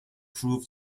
proved